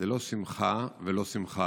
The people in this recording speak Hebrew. זו לא שמחה ולא שמחה.